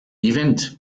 event